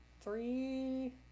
three